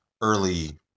early